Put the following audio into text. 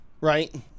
right